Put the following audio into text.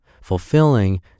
fulfilling